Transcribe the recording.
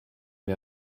mir